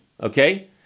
okay